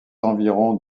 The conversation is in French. environs